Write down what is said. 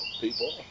People